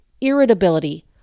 irritability